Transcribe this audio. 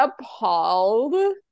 appalled